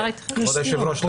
כבוד היושב ראש,